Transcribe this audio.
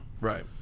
right